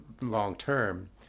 long-term